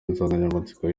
insanganyamatsiko